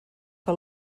que